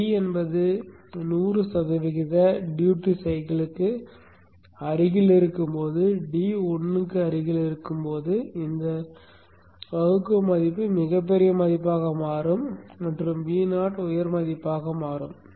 d என்பது நூறு சதவீத டியூட்டி சைகுலுக்கு அருகில் இருக்கும் போது d 1 க்கு அருகில் இருக்கும் போது இந்த வகுக்கும் மதிப்பு மிகப் பெரிய மதிப்பாக மாறும் மற்றும் Vo உயர் மதிப்பாக மாறும்